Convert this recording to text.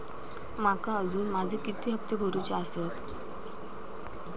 माका अजून माझे किती हप्ते भरूचे आसत?